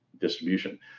distribution